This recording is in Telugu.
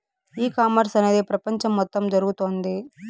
ఈ కామర్స్ అనేది ప్రపంచం మొత్తం జరుగుతోంది